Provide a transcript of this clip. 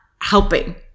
helping